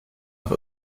nach